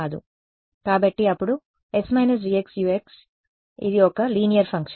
కాబట్టి అప్పుడు ||s − G S Ux||2 ఇది ఒక లీనియర్ ఫంక్షన్